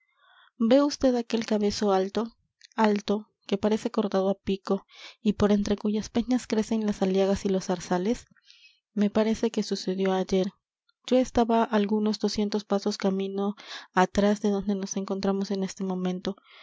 ve usted aquel cabezo alto alto que parece cortado á pico y por entre cuyas peñas crecen las aliagas y los zarzales me parece que sucedió ayer yo estaba algunos doscientos pasos camino atrás de donde nos encontramos en este momento